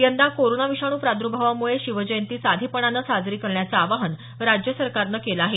यंदा कोरोना विषाणू प्रादर्भावामुळे शिवजयंती साधेपणानं साजरी करण्याचं आवाहन राज्य सरकारनं केलं आहे